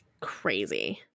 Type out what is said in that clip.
Crazy